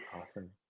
Awesome